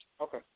Okay